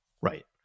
Right